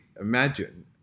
imagine